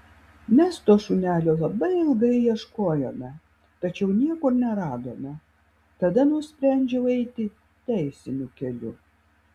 mes to šunelio labai ilgai ieškojome tačiau niekur neradome tada nusprendžiau eiti teisiniu keliu